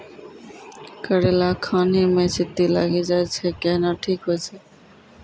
करेला खान ही मे चित्ती लागी जाए छै केहनो ठीक हो छ?